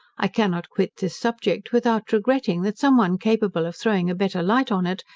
i cannot quit this subject without regretting, that some one capable of throwing a better light on it,